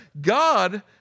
God